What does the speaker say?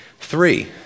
Three